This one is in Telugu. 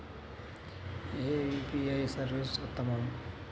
ఏ యూ.పీ.ఐ సర్వీస్ ఉత్తమము?